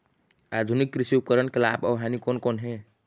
आधुनिक कृषि उपकरण के लाभ अऊ हानि कोन कोन हे?